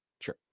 Sure